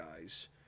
guys